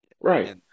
Right